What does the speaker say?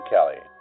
Kelly